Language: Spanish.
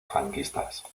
franquistas